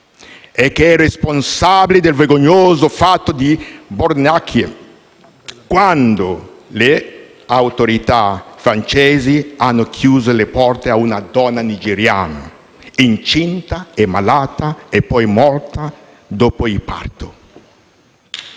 e che è responsabile del vergognoso fatto di Bardonecchia, quando le autorità francesi hanno chiuso le porte a una donna nigeriana incinta e malata, poi morta dopo il parto.